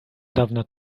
dawna